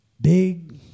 big